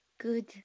Good